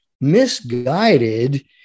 misguided